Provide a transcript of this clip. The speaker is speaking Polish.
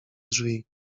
drzwi